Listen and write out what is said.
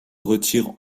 retire